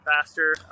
faster